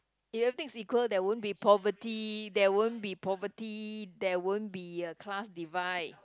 if everything is equal there won't be poverty there won't be poverty there won't be a class divide